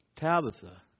Tabitha